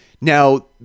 now